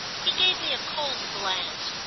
he gave me a cold glance,